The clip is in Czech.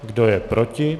Kdo je proti?